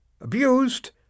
abused